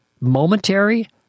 Momentary